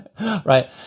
Right